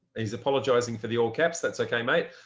he's apologizing for the all caps. that's okay, mate.